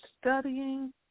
studying